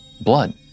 blood